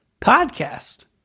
Podcast